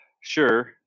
sure